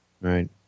Right